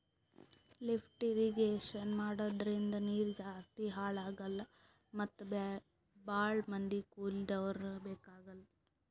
lift irrigation ಮಾಡದ್ರಿಂದ ನೀರ್ ಜಾಸ್ತಿ ಹಾಳ್ ಆಗಲ್ಲಾ ಮತ್ ಭಾಳ್ ಮಂದಿ ಕೂಲಿದವ್ರು ಬೇಕಾಗಲ್